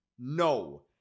No